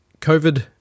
COVID